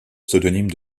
pseudonyme